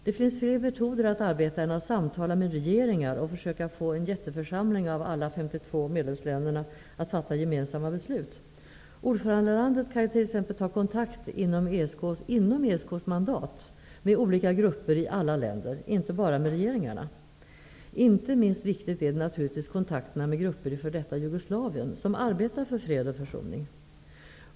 Det finns fler metoder att arbeta på än att samtala med regeringar och försöka få en jätteförsamling av alla 52 medlemsländerna att fatta gemensamma beslut. Ordförandelandet kan t.ex. inom ESK:s mandat ta kontakt med olika grupper i alla länder, inte bara med regeringarna. Inte minst viktiga är naturligtvis kontakterna med grupper i f.d. Jugoslavien, vilka arbetar med fred och försoning.